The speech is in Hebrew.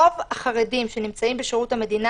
רוב החרדים שנמצאים בשירות המדינה,